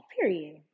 period